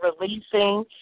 releasing